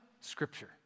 Scripture